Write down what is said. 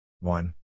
One